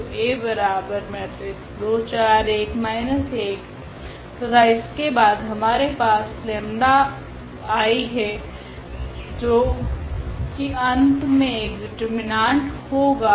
तो तथा इसके बाद हमारे पास लेम्डा 𝜆 I है जो की अंत मे एक डिटर्मिनांट होगा